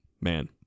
man